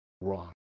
wrong